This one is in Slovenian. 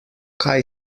kaj